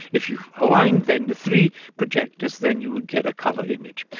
if you aligned then the three projectors, then you would get a colour image,